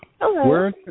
Hello